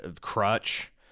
crutch